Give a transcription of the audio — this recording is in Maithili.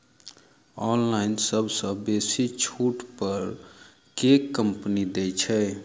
ऑनलाइन सबसँ बेसी छुट पर केँ कंपनी दइ छै?